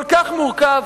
כל כך מורכב,